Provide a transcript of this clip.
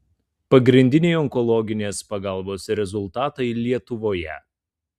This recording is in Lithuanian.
pagrindiniai onkologinės pagalbos rezultatai lietuvoje